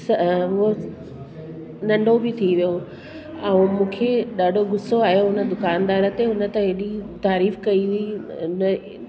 वो नंढो बि थी वियो ऐं मूंखे ॾाढो गुस्सो आहियो उन दुकानदार ते हुन त हेॾी तारीफ़ कई हुई उन